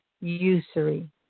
usury